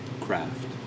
craft